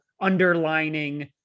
underlining